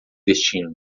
destino